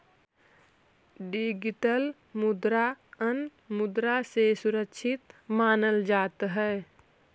digital मुद्रा अन्य मुद्रा से सुरक्षित मानल जात हई